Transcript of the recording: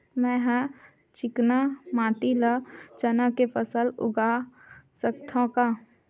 मै ह चिकना माटी म चना के फसल उगा सकथव का?